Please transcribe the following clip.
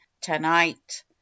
to-night